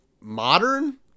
modern